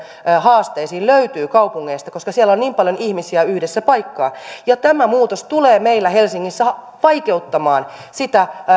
haasteisiin löytyy kaupungeista koska siellä on niin paljon ihmisiä yhdessä paikassa ja tämä muutos tulee meillä helsingissä vaikeuttamaan